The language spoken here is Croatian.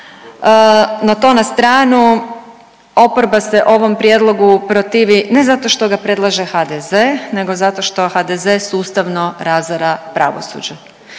No to na stranu, oporba se ovom prijedlogu protivi ne zato što ga predlaže HDZ nego zato što HDZ sustavno razara pravosuđe